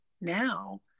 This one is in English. now